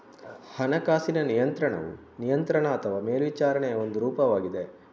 ಹಣಕಾಸಿನ ನಿಯಂತ್ರಣವು ನಿಯಂತ್ರಣ ಅಥವಾ ಮೇಲ್ವಿಚಾರಣೆಯ ಒಂದು ರೂಪವಾಗಿದೆ